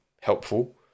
helpful